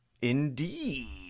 Indeed